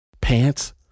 Pants